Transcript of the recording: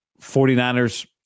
49ers